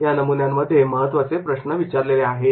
या नमुन्यामध्ये महत्वाचे प्रश्न विचारलेले आहेत